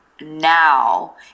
now